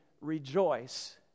rejoice